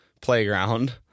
playground